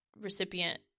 recipient